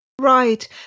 Right